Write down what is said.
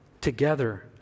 together